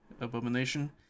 Abomination